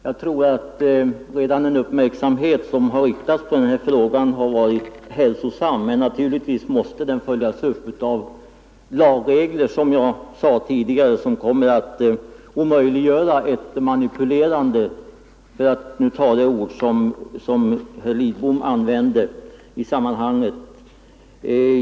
Jag tror att redan den uppmärksamhet som riktats på den här frågan har varit hälsosam, men naturligtvis måste den följas upp av lagregler som kommer att omöjliggöra ett manipulerande, för att nu ta det ord som herr Lidbom använde i sammanhanget.